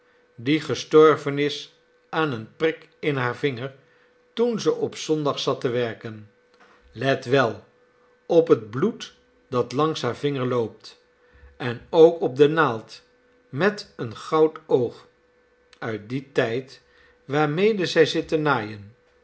die gestorven is aan een prik in haar vinger toen ze op zondag zat te werken let wel op het bloed dat langs haar vinger loopt en ook op de naald met een goud oog uit dien tijd waarmede zij zit te naaien